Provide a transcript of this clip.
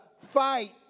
fight